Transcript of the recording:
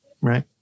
right